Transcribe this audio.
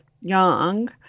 young